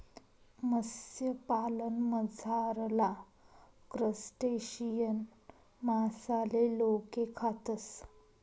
मत्स्यपालनमझारला क्रस्टेशियन मासाले लोके खातस